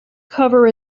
cover